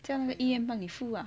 叫那个医院帮你付 ah